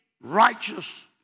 righteous